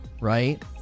right